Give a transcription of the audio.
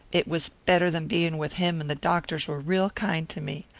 it was better than being with him and the doctors were real kind to me.